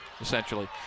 essentially